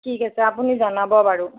ঠিক আছে আপুনি জনাব বাৰু